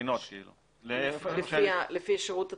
לפי השירות הציבורי?